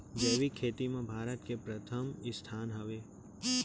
जैविक खेती मा भारत के परथम स्थान हवे